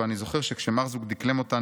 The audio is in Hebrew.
ואני זוכר שכשמרזוק דקלם אותה,